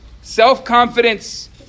self-confidence